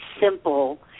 simple